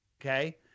Okay